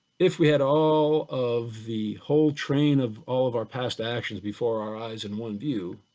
if we had all of the whole train of all of our past actions before our eyes in one view,